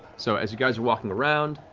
so as you guys are walking around,